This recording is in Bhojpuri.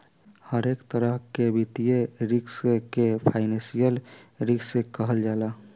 हरेक तरह के वित्तीय रिस्क के फाइनेंशियल रिस्क कहल जाला